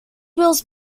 bills